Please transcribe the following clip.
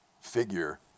figure